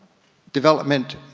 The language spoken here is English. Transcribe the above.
development,